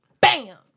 Bam